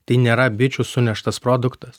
tai nėra bičių suneštas produktas